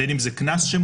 בין אם זה קנס שמוטל,